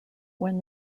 when